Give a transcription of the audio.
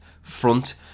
front